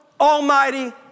almighty